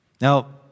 Now